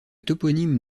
toponyme